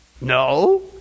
No